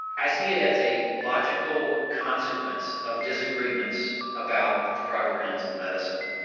i see it as a logical consequence of disagreements about the proper ends of medicine.